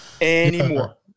anymore